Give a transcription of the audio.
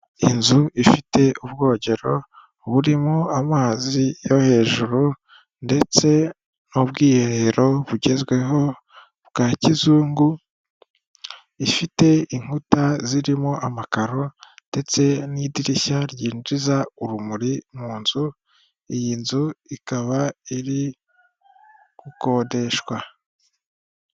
Inzu ifite ubwogero burimo amazi yo hejuru ndetse n'ubwiherero bugezweho bwa kizungu, ifite inkuta zirimo amakaro ndetse n'idirishya ryinjiza urumuri mu nzu, iyi nzu ikaba iri gukodeshwa.